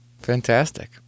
Fantastic